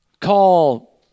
call